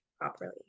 properly